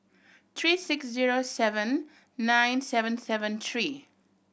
three six zero seven nine seven seven three